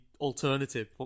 alternative